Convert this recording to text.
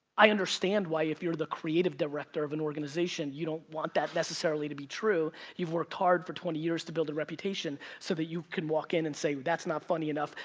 i understand why if you're the creative director of an organization you don't want that necessarily to be true, you've worked hard for twenty years to build a reputation so that you can walk in and say, that's not funny enough,